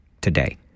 today